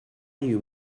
you